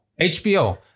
HBO